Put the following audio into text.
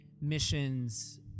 missions